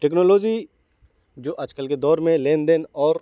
technology جو آج کل کے دور میں لین دین اور